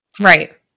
right